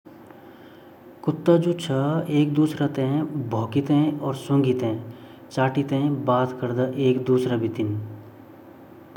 नीला रंग हमा हमारा आसमानो रंग ची आसमान हमारु नीलू ची ता हम आपु ते माथि समजदा की हम ही छीन।